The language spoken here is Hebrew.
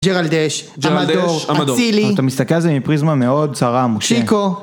ג'רלדש, עמדור, אצילי. אתה מסתכל על זה מפריזמה מאוד צרה, משה. שיקו.